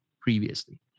previously